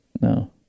No